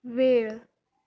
वेळ